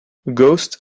ghost